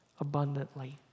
abundantly